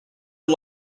are